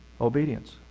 Obedience